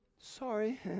sorry